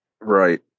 right